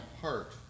heart